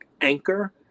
anchor